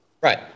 Right